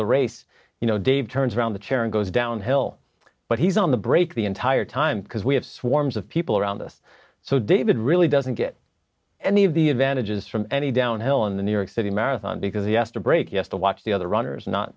the race you know dave turns around the chair and goes downhill but he's on the brake the entire time because we have swarms of people around us so david really doesn't get any of the advantages from any downhill on the new york city marathon because yester break us to watch the other runners not